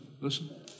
listen